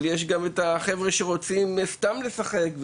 אבל יש גם חברה שרוצים סתם לשחק,